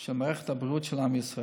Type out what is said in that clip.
של מערכת הבריאות של עם ישראל.